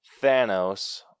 Thanos